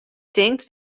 tinkt